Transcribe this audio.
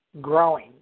growing